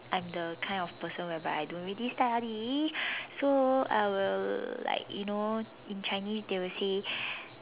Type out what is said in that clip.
I'm the kind of person whereby I don't really study so I will like you know in Chinese they will say